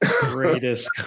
greatest